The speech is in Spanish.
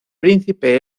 príncipe